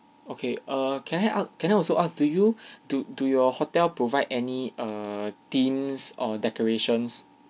okay err can I ask can I also ask to you to do your hotel provide any err themes or decorations